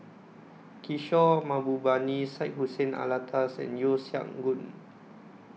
Kishore Mahbubani Syed Hussein Alatas and Yeo Siak Goon